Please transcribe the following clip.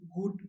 good